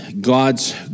God's